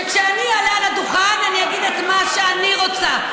כשאני אעלה על הדוכן אני אגיד את מה שאני רוצה,